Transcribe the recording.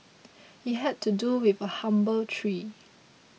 it had to do with a humble tree